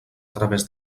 través